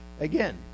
again